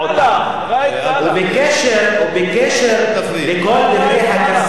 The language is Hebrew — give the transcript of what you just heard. ובקשר לכל מיני הכזב והשקר,